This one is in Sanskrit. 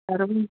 सर्वं